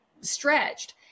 stretched